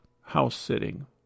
house-sitting